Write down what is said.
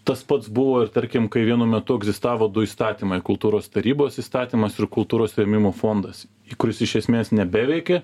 tas pats buvo ir tarkim kai vienu metu egzistavo du įstatymai kultūros tarybos įstatymas ir kultūros rėmimo fondas kuris iš esmės nebeveikė